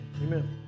Amen